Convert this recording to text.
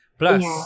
plus